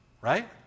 Right